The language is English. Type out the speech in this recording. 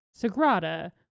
sagrada